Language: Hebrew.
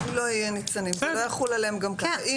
אם לא יהיה ניצנים זה לא יחול עליהם גם ככה.